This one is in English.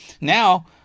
Now